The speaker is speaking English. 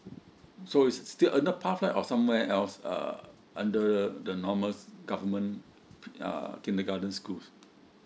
so it's still under pathlight or somewhere else uh under the the normal government uh kindergarten schools